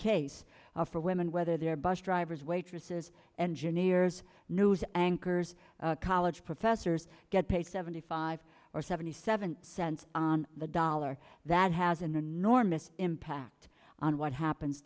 case for women whether they're bus drivers waitresses engineers news anchors college professors get paid seventy five or seventy seven cents on the dollar that has an enormous impact on what happens